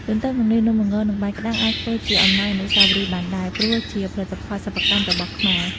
ទន្ទឹមនឹងនេះ នំល្ង និងបាយក្ដាំង អាចធ្វើជាអំណោយអនុស្សាវរីយ៍បានដែរ ព្រោះជាផលិតផលសិប្បកម្មរបស់ខ្មែរ ។